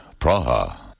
Praha